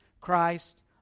Christ